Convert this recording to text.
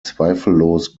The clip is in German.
zweifellos